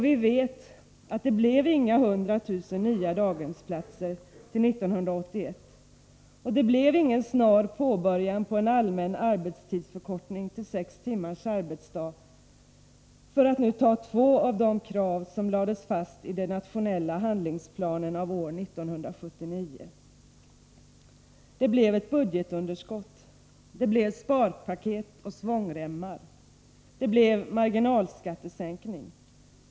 Vi vet att det blev inga 100000 nya daghemsplatser till 1981 och ingen snar påbörjan på en allmän arbetstidsförkortning till sex timmars arbetsdag, för att ta två av de krav som lades fast i den nationella handlingsplanen av år 1979. Det blev ett budgetunderskott. Det blev sparpaket och svångremmar. Det blev marginalskattesänkning.